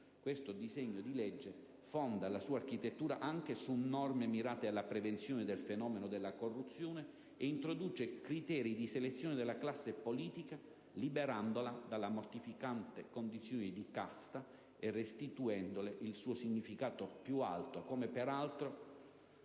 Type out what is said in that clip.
questo disegno di legge fonda la sua architettura anche su norme mirate alla prevenzione del fenomeno della corruzione e introduce criteri di selezione della classe politica, liberandola dalla mortificante condizione di casta e restituendole il suo significato più alto, come peraltro